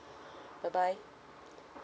bye bye